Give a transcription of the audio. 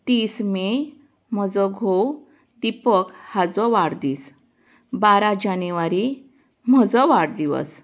तीस मे म्हजो घोव दिपक हाचो वाडदीस बारा जानेवारी म्हजो वाडदिवस